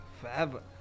Forever